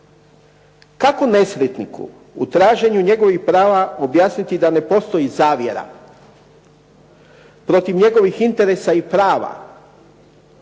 Kako nesretniku u traženju njegovih prava objasniti da ne postoji zavjera, protiv njegovih interesa i prava